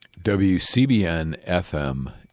WCBN-FM